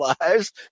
lives